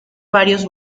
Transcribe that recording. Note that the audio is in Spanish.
varios